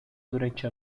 durante